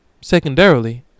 secondarily